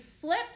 flip